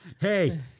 Hey